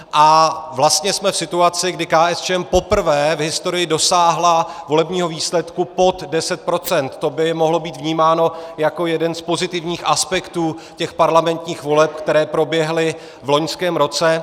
A vlastně jsme v situaci, kdy KSČM poprvé v historii dosáhla volebního výsledku pod 10 % to by mohlo být vnímáno jako jeden z pozitivních aspektů parlamentních voleb, které proběhly v loňském roce.